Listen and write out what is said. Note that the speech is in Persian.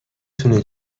تونه